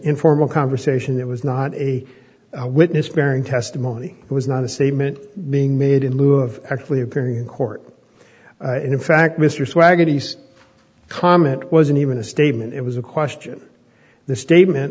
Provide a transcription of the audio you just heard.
informal conversation that was not a witness bearing testimony it was not a statement being made in lieu of actually appearing in court in fact mr swaggart east comment wasn't even a statement it was a question the statement